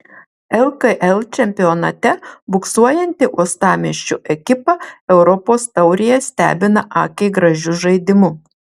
lkl čempionate buksuojanti uostamiesčio ekipa europos taurėje stebina akiai gražiu žaidimu